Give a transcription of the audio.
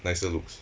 nicer looks